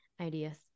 ideas